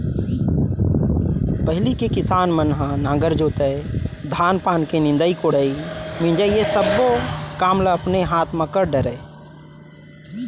पहिली के किसान मन ह नांगर जोतय, धान पान के निंदई कोड़ई, मिंजई ये सब्बो काम ल अपने हाथ म कर डरय